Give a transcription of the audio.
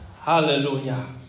Hallelujah